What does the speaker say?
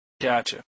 Gotcha